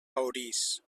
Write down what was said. orís